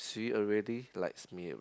she already likes me already